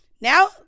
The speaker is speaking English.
Now